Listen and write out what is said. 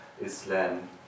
Islam